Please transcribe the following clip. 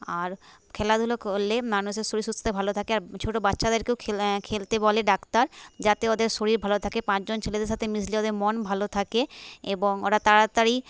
আর খেলাধুলা করলে মানুষের শরীর সুস্থ থাকে ভালো থাকে আর ছোট বাচ্চাদেরকেও খেলা খেলতে বলে ডাক্তার যাতে ওদের শরীর ভালো থাকে পাঁচজন ছেলেদের সাথে মিশলে ওদের মন ভালো থাকে এবং ওরা তাড়াতাড়ি